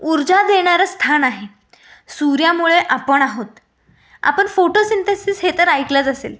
ऊर्जा देणारं स्थान आहे सूर्यामुळे आपण आहोत आपण फोटो सिंथेसीस हे तर ऐकलंच असेल